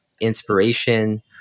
inspiration